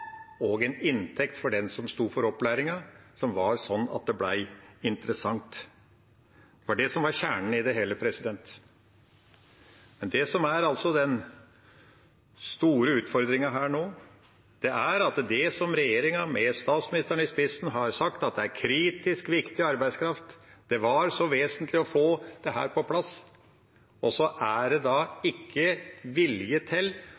og en inntekt for den som sto for opplæringen, som var sånn at det ble interessant. Det var det som var kjernen i det hele. Men det som er den store utfordringen nå, er at regjeringa, med statsministeren i spissen, har sagt at det er kritisk viktig arbeidskraft, det var så vesentlig å få dette på plass, og så er det ikke vilje til